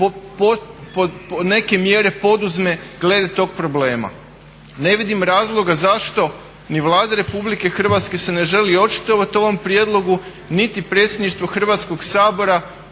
neke mjere poduzme glede tog problema. Ne vidim razloga zašto ni Vlada Republike Hrvatske se ne želi očitovati o ovom prijedlogu niti predsjedništvo Hrvatskog sabora